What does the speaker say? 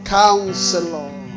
counselor